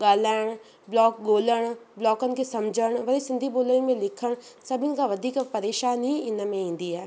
ॻाल्हाइण ब्लॉक ॻोल्हण ब्लॉकनि खे सम्झण वरी सिंधी ॿोली में लिखण सभिनि खां वधीक परेशानी इनमें ईंदी आहे